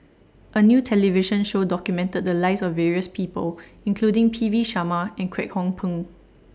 A New television Show documented The Lives of various People including P V Sharma and Kwek Hong Png